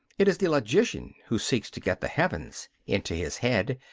it is the logician who seeks to get the heavens into his head.